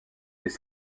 des